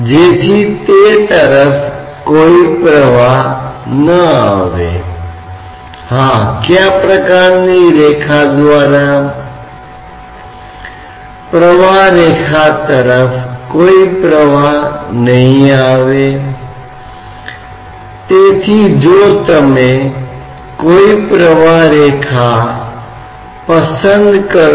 यदि आप एक बड़ी ऊंचाई ले रहे हैं जैसे कि अगर वे लोग जो वायुमंडलीय विज्ञान के साथ काम कर रहे हैं तो लंबाई के पैमाने बड़े लंबाई के पैमाने हैं जिस पर आप गुरुत्वाकर्षण के कारण त्वरण में बदलाव भी कर सकते हैं